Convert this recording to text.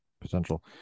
potential